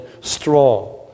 strong